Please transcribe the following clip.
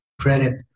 credit